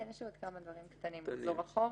יש לי עוד כמה דברים קטנים לחזור אחורה,